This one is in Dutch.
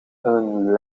een